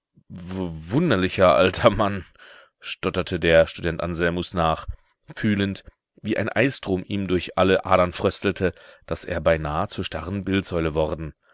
wunderlicher alter mann stotterte der student anselmus nach fühlend wie ein eisstrom ihm durch alle adern fröstelte daß er beinahe zur starren bildsäule worden